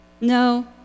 No